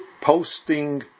posting